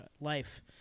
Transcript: life